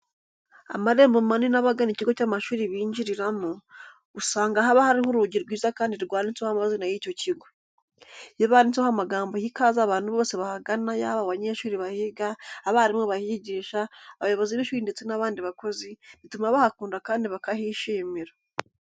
Amarembo manini abagana ikigo cy'amashuri binjiriramo, usanga haba hariho urugi rwiza kandi rwanditseho amazina y'icyo kigo. Iyo banditseho amagambo aha ikaze abantu bose bahagana yaba abanyeshuri bahiga, abarimu bahigisha, abayobozi b'ishuri ndetse n'abandi bakozi, bituma bahakunda kandi bakahishimira.